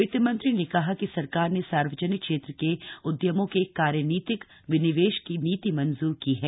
वित्त मंत्री ने कहा कि सरकार ने सार्वजनिक क्षेत्र के उदयमों के कार्यनीतिक विनिवेश की नीति मंज्र की है